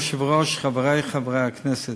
אדוני היושב-ראש, חברי חברי הכנסת,